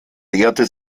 lehrte